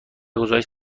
گزارش